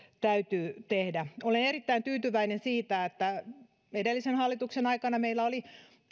täytyy tehdä jotain olen erittäin tyytyväinen siitä että edellisen hallituksen aikana meillä oli